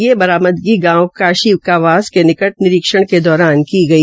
वे बरामदगी गांव काशी का वास के निकट निरीक्षण दौरान की गई